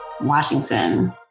Washington